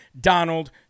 Donald